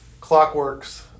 clockworks